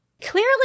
clearly